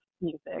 music